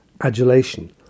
adulation